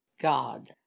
God